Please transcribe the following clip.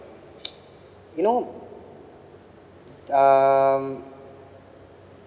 you know um